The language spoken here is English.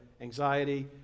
anxiety